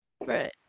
Right